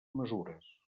mesures